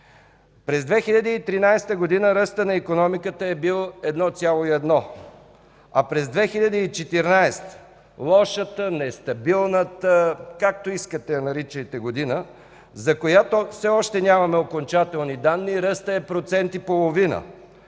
През 2013 г. ръстът на икономиката е бил 1,1%, а през 2014 г. – лошата, нестабилната, както искате я наричайте година, за която все още нямаме окончателни данни, ръстът е 1,5%.